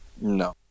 No